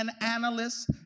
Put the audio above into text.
analysts